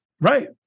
right